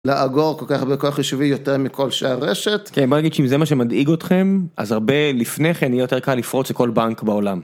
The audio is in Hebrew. לאגור כל כך הרבה כוח חישובי יותר מכל שאר הרשת. כן בוא נגיד שאם זה מה שמדאיג אתכם אז הרבה לפני כן יהיה יותר קל לפרוץ לכל בנק בעולם.